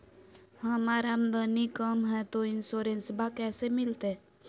हमर आमदनी कम हय, तो इंसोरेंसबा कैसे मिलते?